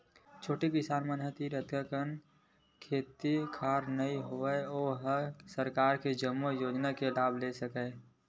छोटे किसान मन तीर अतका अकन खेत खार नइ होवय के ओ ह सरकार के जम्मो योजना के लाभ ले सकय